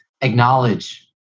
acknowledge